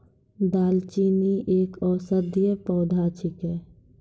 दालचीनी एक औषधीय पौधा छिकै